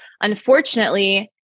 unfortunately